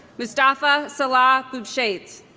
mustafa saleh bubshait